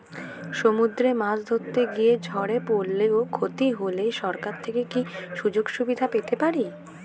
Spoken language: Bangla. সমুদ্রে মাছ ধরতে গিয়ে ঝড়ে পরলে ও ক্ষতি হলে সরকার থেকে কি সুযোগ সুবিধা পেতে পারি?